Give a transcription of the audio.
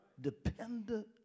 Dependent